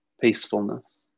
Peacefulness